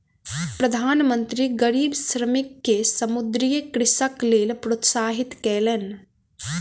प्रधान मंत्री गरीब श्रमिक के समुद्रीय कृषिक लेल प्रोत्साहित कयलैन